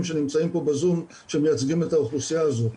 שנמצאים כאן בזום ומייצגים את האוכלוסייה הזאת.